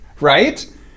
right